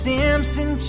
Samson